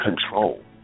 control